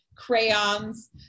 crayons